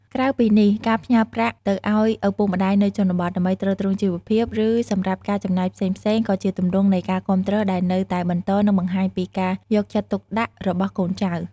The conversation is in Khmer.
ក្រៅពីនេះ ការផ្ញើប្រាក់ទៅឱ្យឪពុកម្ដាយនៅជនបទ ដើម្បីទ្រទ្រង់ជីវភាព ឬសម្រាប់ការចំណាយផ្សេងៗ ក៏ជាទម្រង់នៃការគាំទ្រដែលនៅតែបន្ត និងបង្ហាញពីការយកចិត្តទុកដាក់របស់កូនចៅ។